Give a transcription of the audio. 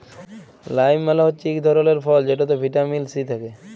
lime মালে হচ্যে ইক ধরলের ফল যেটতে ভিটামিল সি থ্যাকে